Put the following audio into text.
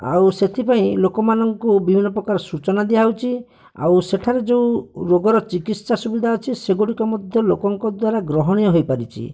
ଆଉ ସେଥିପାଇଁ ଲୋକମାନଙ୍କୁ ବିଭିନ୍ନ ପ୍ରକାର ସୂଚନା ଦିଆ ହେଉଛି ଆଉ ସେଠାରେ ଯୋଉ ରୋଗର ଚିକିତ୍ସା ସୁବିଧା ଅଛି ସେଗୁଡ଼ିକ ମଧ୍ୟ ଲୋକଙ୍କ ଦ୍ୱାରା ଗ୍ରହଣୀୟ ହୋଇପାରିଚି